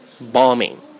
bombing